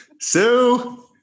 Sue